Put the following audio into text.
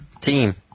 team